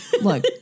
Look